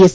S